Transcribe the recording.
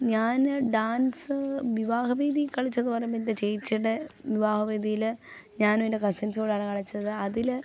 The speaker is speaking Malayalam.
ഞാൻ ഡാൻസ് വിവാഹവേദി കളിച്ചത് പറയുമ്പം എൻറെ ചേച്ചീടെ വിവാഹവേദീൽ ഞാനും എൻ്റെ കസിൻസൂടാണ് കളിച്ചത് അതിൽ